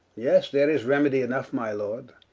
yes, there is remedy enough my lord,